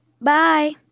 Bye